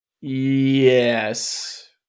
Yes